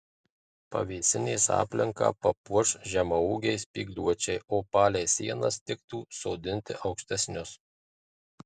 pavėsinės aplinką papuoš žemaūgiai spygliuočiai o palei sienas tiktų sodinti aukštesnius